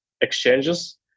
exchanges